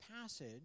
passage